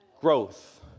Growth